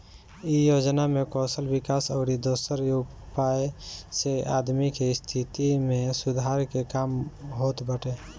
इ योजना में कौशल विकास अउरी दोसरा उपाय से आदमी के स्थिति में सुधार के काम होत बाटे